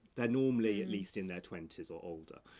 they're normally at least in their twenty s or older,